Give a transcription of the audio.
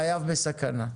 חייו בסכנה.